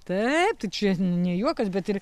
taip tai čia ne juokas bet ir